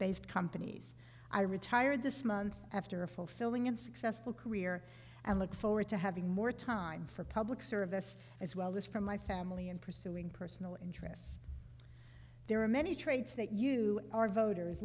based companies i retired this month after a fulfilling and successful career and look forward to having more time for public service as well as for my family and pursuing personal interests there are many traits that you are voters